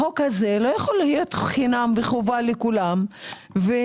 החוק הזה לא יכול להיות חינם וחובה לכולם ולהפלות